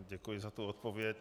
Děkuji za tu odpověď.